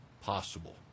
possible